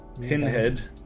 Pinhead